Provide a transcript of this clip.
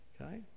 Okay